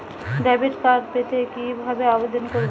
Debit card পেতে কি ভাবে আবেদন করব?